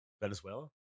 Venezuela